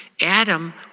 Adam